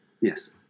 Yes